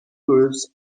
groups